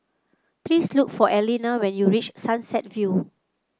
please look for Elena when you reach Sunset View